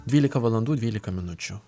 dvylika valandų dvylika minučių